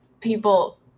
people